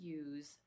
use